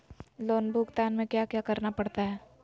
loan भुगतान में क्या क्या करना पड़ता है